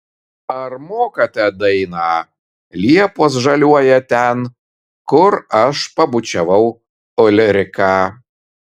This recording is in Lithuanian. ar mokate dainą liepos žaliuoja ten kur aš pabučiavau ulriką